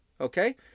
okay